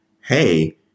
hey